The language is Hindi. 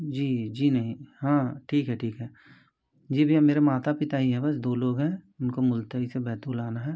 जी जी नहीं हाँ ठीक है ठीक है जी भैया मेरे माता पिता ही हैं बस दो लोग हैं उनको मुल्तई से बैतूल आना है